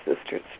sisters